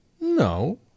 No